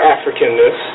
Africanness